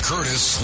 Curtis